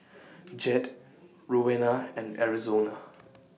Jed Rowena and Arizona